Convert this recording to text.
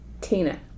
Tina